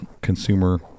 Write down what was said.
consumer